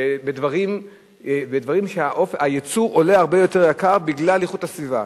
בדברים שהייצור עולה הרבה יותר בגלל איכות הסביבה?